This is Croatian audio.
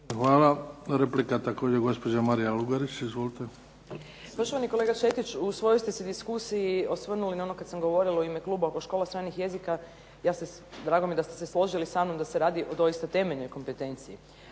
Hvala. Replika također gospođa Marija Lugarić. Izvolite. **Lugarić, Marija (SDP)** Poštovani kolega Šetić u svojoj ste se diskusiji osvrnuli na ono kada sam govorila u Kluba oko škola stranih jezika, drago mi je da ste se složili sa mnom da se radi o doista temeljnoj kompetenciji.